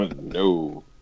No